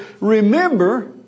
remember